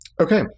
Okay